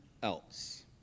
Else